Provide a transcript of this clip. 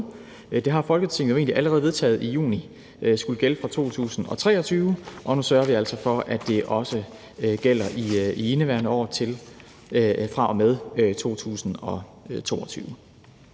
Det har Folketinget jo egentlig allerede vedtaget i juni skulle gælde fra 2023, og nu sørger vi altså for, at det også gælder i indeværende år, fra og med 2022.